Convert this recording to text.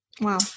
Wow